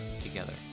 together